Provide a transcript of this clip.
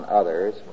others